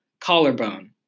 collarbone